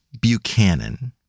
Buchanan